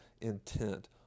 intent